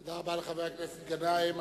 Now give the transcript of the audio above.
תודה רבה לחבר הכנסת גנאים.